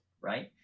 right